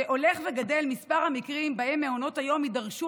שהולך וגדל מספר המקרים שבהם מעונות היום יידרשו